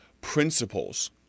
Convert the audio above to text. principles